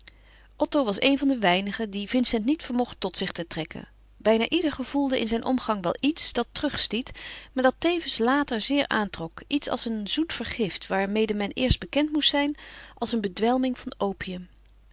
otto was een van de weinigen die vincent niet vermocht tot zich te trekken bijna ieder gevoelde in zijn omgang wel iets dat terugstiet maar dat tevens later zeer aantrok iets als een zoet vergift waarmede men eerst bekend moest zijn als een bedwelming van opium